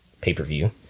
pay-per-view